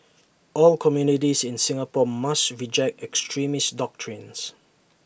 all communities in Singapore must reject extremist doctrines